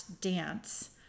dance